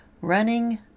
running